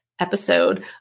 episode